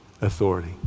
authority